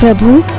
boon